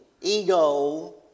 ego